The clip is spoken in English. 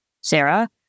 Sarah